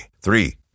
Three